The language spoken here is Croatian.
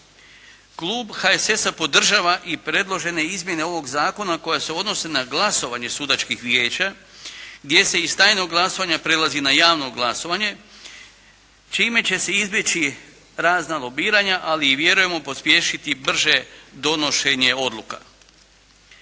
Klub HSS-a podržava i predložene izmjene ovog zakona koje se odnose na glasovanje sudačkih vijeća gdje se iz tajnog glasovanja prelazi na javno glasovanje čime će se izbjeći razna lobiranja, ali i vjerujemo pospješiti brže donošenje odluka.